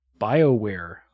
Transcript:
Bioware